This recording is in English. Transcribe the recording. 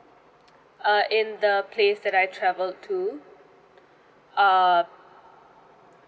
uh in the place that I travelled to uh